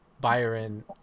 Byron